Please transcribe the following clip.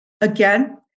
Again